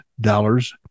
dollars